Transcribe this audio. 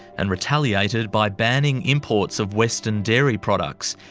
and retaliated by banning imports of western dairy products,